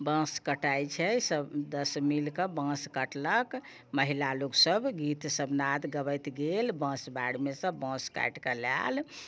बाँस कटाए छै सभ दश मिलके बाँस कटलक महिला लोक सभ गीत सभ नाद गबैत गेल बाँसबारिमे से बाँस काटिके लाएल